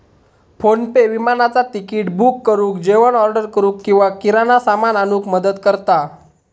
PhonePe विमानाचा ticket book करुक, जेवण ऑर्डर करूक किंवा किराणा सामान आणूक मदत करता